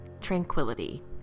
tranquility